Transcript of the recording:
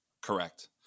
Correct